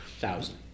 Thousand